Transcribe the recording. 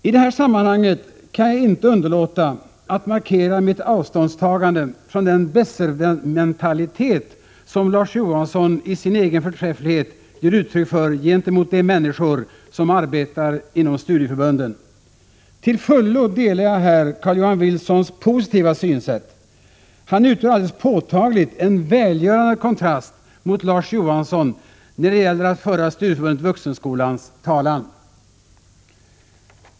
I det här sammanhanget kan jag inte underlåta att markera mitt avståndstagande från den besserwissermentalitet som Larz Johansson i sin egen förträfflighet ger uttryck för gentemot de människor som arbetar inom studieförbunden. Till fullo delar jag härvidlag Carl-Johan Wilsons positiva 151 synsätt. Han utgör alldeles påtagligt en välgörande kontrast mot Larz Johansson när det gäller att föra Studieförbundet Vuxenskolans talan.